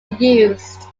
used